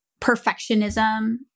Perfectionism